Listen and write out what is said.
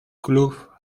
club